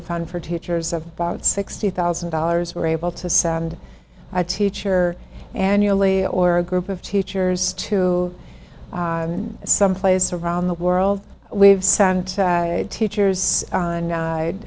the fun for teachers of about sixty thousand dollars we're able to send a teacher annually or a group of teachers to someplace around the world we've sent teachers on